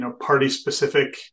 party-specific